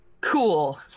Cool